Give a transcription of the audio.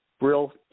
real